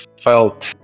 felt